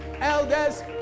elders